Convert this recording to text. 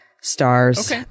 stars